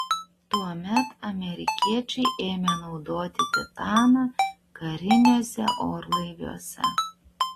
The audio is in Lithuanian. tuomet amerikiečiai ėmė naudoti titaną kariniuose orlaiviuose